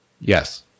Yes